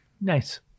Nice